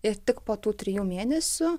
ir tik po tų trijų mėnesių